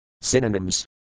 Synonyms